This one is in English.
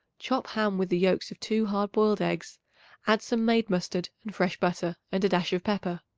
chop ham with the yolks of two hard-boiled eggs add some made mustard and fresh butter and a dash of pepper.